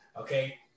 Okay